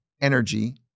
energy